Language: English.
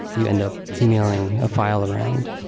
you end up emailing a file around,